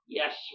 yes